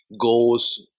goals